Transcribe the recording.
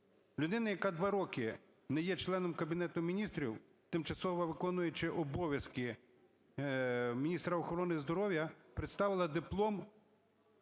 Людина, яка 2 роки не є членом Кабінету Міністрів, тимчасово виконуючи обов'язки міністра охорони здоров'я, представила диплом